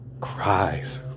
cries